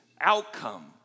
outcome